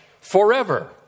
forever